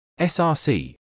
src